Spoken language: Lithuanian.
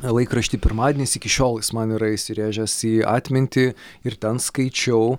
laikraštį pirmadienis iki šiol jis man yra įsirėžęs į atmintį ir ten skaičiau